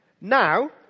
now